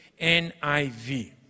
NIV